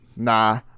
Nah